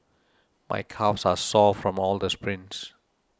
my calves are sore from all the sprints